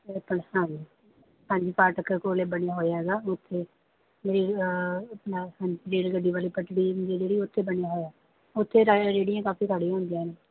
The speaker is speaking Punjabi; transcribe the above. ਹਾਂਜੀ ਫਾਟਕ ਕੋਲ ਬਣਿਆ ਹੋਇਆ ਹੈਗਾ ਉੱਥੇ ਨਹੀਂ ਰੇਲ ਗੱਡੀ ਵਾਲੀ ਪਟੜੀ ਹੁੰਦੀ ਜਿਹੜੀ ਉੱਥੇ ਬਣਿਆ ਹੋਇਆ ਉੱਥੇ ਰਾ ਰੇਹੜੀਆਂ ਕਾਫ਼ੀ ਖੜ੍ਹੀਆਂ ਹੁੰਦੀਆਂ ਨੇ